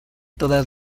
todas